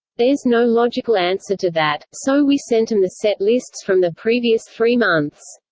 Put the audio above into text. there's no logical answer to that, so we sent them the set lists from the previous three months.